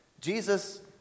Jesus